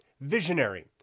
visionary